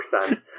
percent